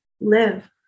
live